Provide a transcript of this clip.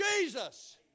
Jesus